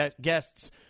guests